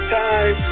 time